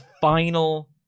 final